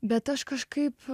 bet aš kažkaip